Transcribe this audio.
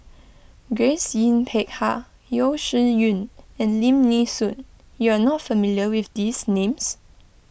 Grace Yin Peck Ha Yeo Shih Yun and Lim Nee Soon you are not familiar with these names